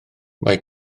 mae